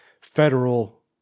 federal